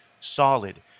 solid